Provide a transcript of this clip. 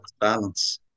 balance